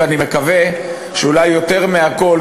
ואני מקווה שאולי יותר מהכול,